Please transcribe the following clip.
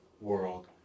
world